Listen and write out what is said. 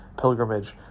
pilgrimage